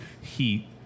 heat